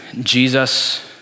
Jesus